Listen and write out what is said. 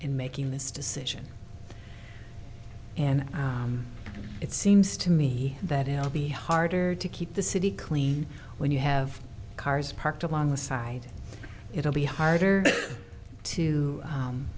in making this decision and it seems to me that it will be harder to keep the city clean when you have cars parked along the side it will be harder to